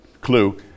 clue